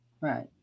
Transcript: Right